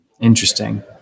Interesting